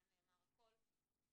זה לא מתקבל על הדעת,